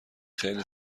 خیلی